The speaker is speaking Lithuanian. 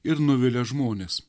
ir nuvilia žmones